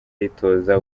ayitoza